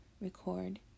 record